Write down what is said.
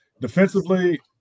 defensively